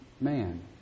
man